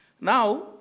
Now